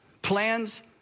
Plans